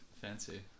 fancy